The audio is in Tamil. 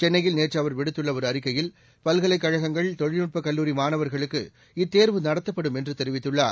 சென்னையில் நேற்று அவர் விடுத்துள்ள ஒரு அறிக்கையில் பல்கலைக் கழகங்கள் தொழில்நுட்ப கல்லூரி மாணவர்களுக்கு இத்தேர்வு நடத்தப்படும் என்று தெரிவித்துள்ளார்